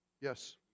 Yes